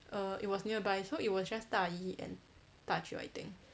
err it was nearby so it was just 大姨 and 大舅 I think